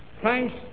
Christ